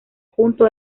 junto